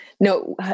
No